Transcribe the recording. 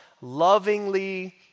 lovingly